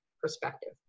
perspective